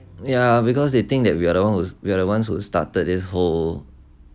ya because they think that we're all we're the ones who started his whole